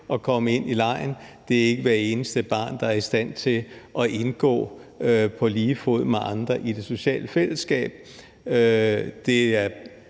at komme ind i legen; det er ikke hvert eneste barn, der er i stand til at indgå på lige fod med andre i det sociale fællesskab. Det er